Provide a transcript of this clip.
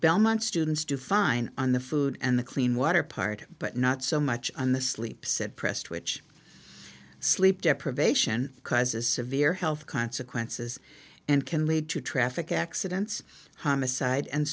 belmont students do fine on the food and the clean water part but not so much on the sleeps it pressed which sleep deprivation causes severe health consequences and can lead to traffic accidents homicide and